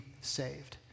saved